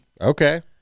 Okay